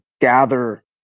gather